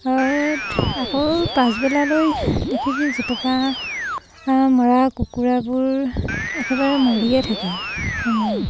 পাছত আকৌ পাছবেলালৈ দেখিবি জুপুকা মৰা কুকুৰাবোৰ একেবাৰে মৰিয়ে থাকে এইবোৰ